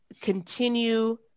continue